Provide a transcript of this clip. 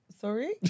Sorry